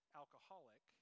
alcoholic